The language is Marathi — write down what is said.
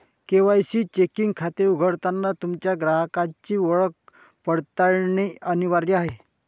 के.वाय.सी चेकिंग खाते उघडताना तुमच्या ग्राहकाची ओळख पडताळणे अनिवार्य आहे